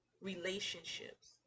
relationships